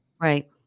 Right